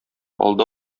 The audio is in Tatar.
алда